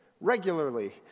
regularly